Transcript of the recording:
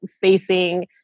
facing